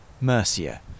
Mercia